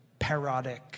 parodic